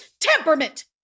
temperament